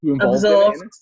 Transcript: absorbed